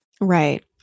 Right